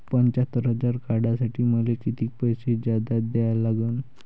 पंच्यात्तर हजार काढासाठी मले कितीक पैसे जादा द्या लागन?